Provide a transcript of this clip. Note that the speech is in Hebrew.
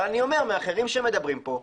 אבל אני אומר מאחרים שמדברים פה,